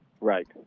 Right